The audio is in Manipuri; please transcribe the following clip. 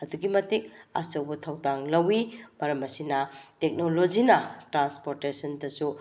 ꯑꯗꯨꯛꯀꯤ ꯃꯇꯤꯛ ꯑꯆꯧꯕ ꯊꯧꯗꯥꯡ ꯂꯧꯏ ꯃꯔꯝ ꯑꯁꯤꯅ ꯇꯦꯛꯅꯣꯂꯣꯖꯤꯅ ꯇ꯭ꯔꯥꯟꯁꯄꯣꯔꯇꯦꯁꯟꯗꯁꯨ